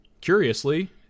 curiously